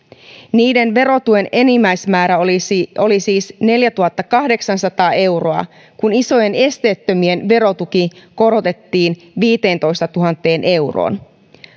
niiden verotuen enimmäismäärä oli siis neljätuhattakahdeksansataa euroa kun isojen esteettömien verotuki korotettiin viiteentoistatuhanteen euroon